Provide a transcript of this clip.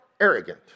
arrogant